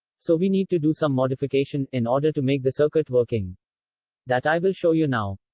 so we need to do some modification in order to make the circuit working that i will show you now.